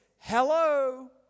Hello